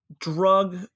drug